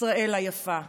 ישראל היפה,